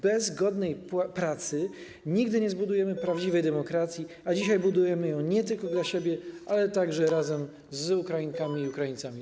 Bez godnej pracy nigdy nie zbudujemy prawdziwej demokracji, a dzisiaj budujemy ją nie tylko dla siebie, ale także razem z Ukrainkami i Ukraińcami.